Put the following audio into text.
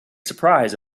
surprise